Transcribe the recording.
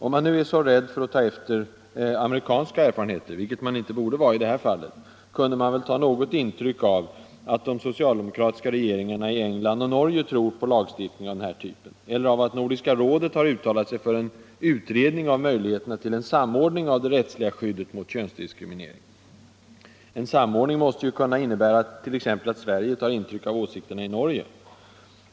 Om man nu är så rädd att ta efter amerikanska erfarenheter —- vilket man inte borde vara i det här fallet — kunde man väl ta något intryck av att de socialdemokratiska regeringarna i England och Norge tror på lagstiftning av den här typen eller av att Nordiska rådet har uttalat sig för en utredning av möjligheterna till en samordning av det rättsliga skyddet mot könsdiskriminering. En samordning måste ju kunna innebära att t.ex. Sverige tar intryck av åsikterna i Norge.